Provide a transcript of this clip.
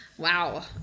Wow